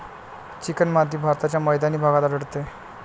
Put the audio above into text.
चिकणमाती भारताच्या मैदानी भागात आढळते